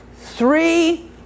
three